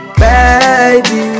baby